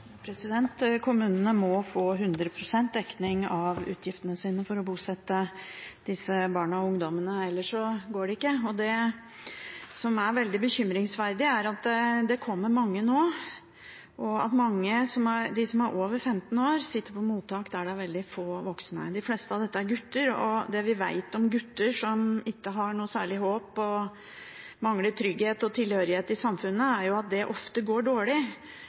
Kommunene må få hundre prosent dekning av utgiftene sine for å bosette disse barna og ungdommene, ellers går det ikke. Det som er veldig bekymringsfullt, er at det kommer mange nå, og at de som er over 15 år, sitter på mottak der det er veldig få voksne. De fleste av disse er gutter, og det vi vet om gutter som ikke har noe særlig håp, og som mangler trygghet og tilhørighet i samfunnet, er jo at det ofte går dårlig.